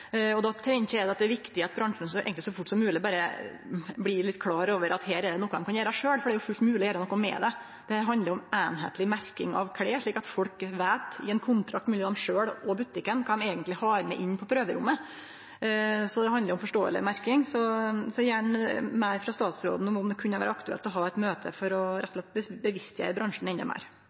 Da er det viktig at bransjen – eigentleg så fort som mogleg – blir klar over at her er det noko dei kan gjere sjølv, for det er fullt mogleg å gjere noko med det. Det handlar om einskapleg merking av klede, slik at folk veit – i ein kontrakt mellom dei sjølve og butikken – kva dei eigentleg har med inn på prøverommet. Så det handlar om forståeleg merking. Eg høyrer gjerne meir frå statsråden om det kunne vere aktuelt å ha eit møte for rett og slett å bevisstgjere bransjen endå meir.